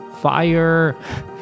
fire